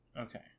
Okay